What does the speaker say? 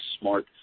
smart